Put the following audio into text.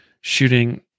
shooting